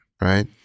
Right